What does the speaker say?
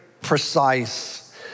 precise